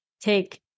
take